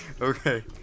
Okay